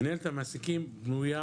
מינהלת המעסיקים בנויה